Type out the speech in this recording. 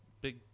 big